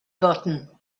button